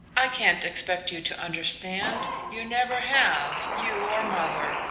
i can't expect you to understand you never have, you or mother,